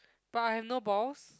but I have no balls